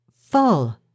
full